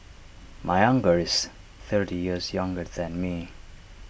my uncle is thirty years younger than me